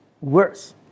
worse